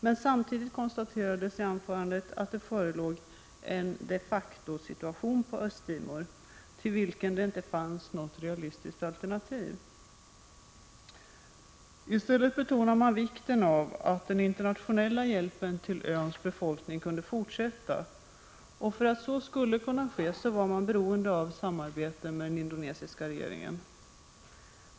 Men samtidigt konstaterades i anförandet att det förelåg en de facto-situation på Östra Timor, till vilken det inte fanns något realistiskt alternativ. I stället betonade man vikten av att den internationella hjälpen till öns befolkning kunde fortsätta. För att så skulle kunna ske var man beroende av samarbete med den indonesiska regeringen.